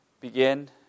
begin